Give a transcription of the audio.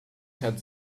had